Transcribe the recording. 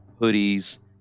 hoodies